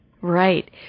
Right